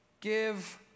Give